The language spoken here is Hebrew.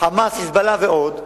"חמאס", "חיזבאללה" ועוד,